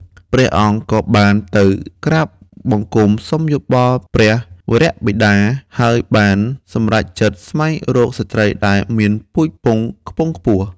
ព្រះអង្គក៏បានទៅក្រាបបង្គំសុំយោបល់ព្រះវរបិតា ហើយបានសម្រេចចិត្តស្វែងរកស្ត្រីដែលមានពូជពង្សខ្ពង់ខ្ពស់។